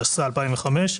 התשס"ה 2005",